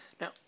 Now